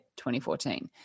2014